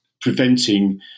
preventing